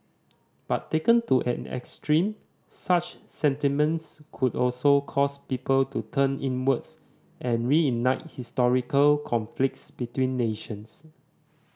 but taken to an extreme such sentiments could also cause people to turn inwards and reignite historical conflicts between nations